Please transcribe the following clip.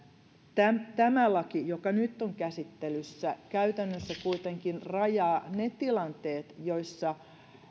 tämä laki joka nyt on käsittelyssä käytännössä kuitenkin rajaa ne tilanteet joissa